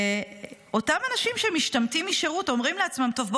אותם אנשים שמשתמטים משירות אומרים לעצמם: טוב,